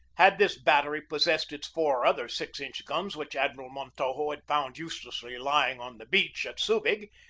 had this battery possessed its four other six inch guns which admiral montojo had found use lessly lying on the beach at subig,